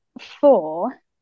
Four